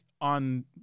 on